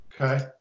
Okay